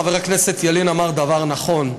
חבר הכנסת ילין אמר דבר נכון,